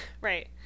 Right